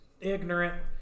ignorant